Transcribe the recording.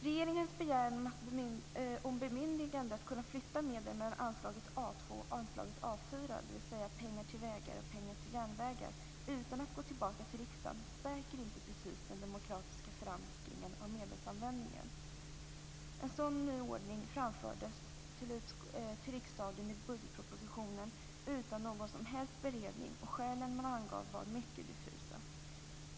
Regeringens begäran om bemyndigande att kunna flytta medel mellan anslaget A 2 och anslaget A 4, dvs. pengar till vägar och pengar till järnvägar, utan att gå tillbaka till riksdagen, stärker inte precis den demokratiska förankringen av medelsanvändningen. En sådan ordning framfördes till riksdagen i budgetpropositionen utan någon som helst beredning, och skälen man angav var mycket diffusa.